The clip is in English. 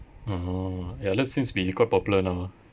oh ya that seems to be quite popular now ah